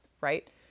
right